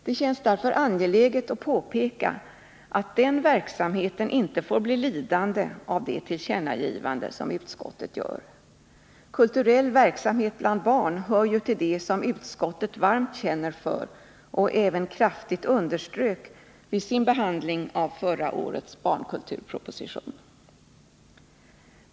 Det känns därför angeläget att påpeka att den verksamheten inte får bli lidande av det tillkännagivande som utskottet gör. Kulturell verksamhet bland barn hör ju till det som utskottet varmt känner för och även kraftigt underströk vid sin behandling av förra årets barnkulturproposition.